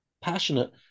passionate